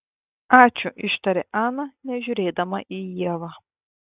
ačiū ištarė ana nežiūrėdama į ievą